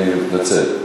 אני מתנצל.